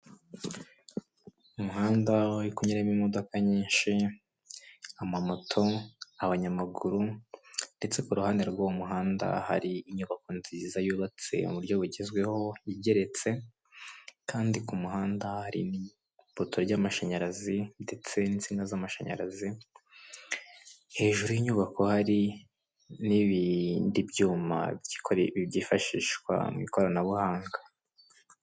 Umuhanda uri kunyuramo imodoka nyinshi, amamoto, abanyamaguru ndetse ku ruhande rw'uwo muhanda hari inyubako nziza yubatse mu buryo bugezweho igeretse, kandi ku muhanda hari ipoto ry'amashanyarazi ndetse n'insinga z'amashanyarazi, hejuru y'inyubako hari n'ibindi byuma byifashishwa mu ikoranabuhanga.